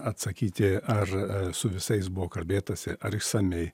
atsakyti ar su visais buvo kalbėtasi ar išsamiai